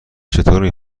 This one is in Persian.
چطور